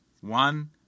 One